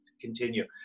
continue